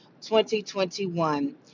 2021